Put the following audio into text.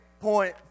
point